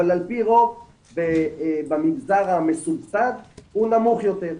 ע"פ רוב במגזר המסובסד הוא נמוך יותר,